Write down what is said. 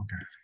Okay